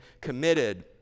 committed